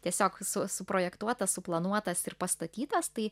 tiesiog su suprojektuotas suplanuotas ir pastatytas tai